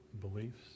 beliefs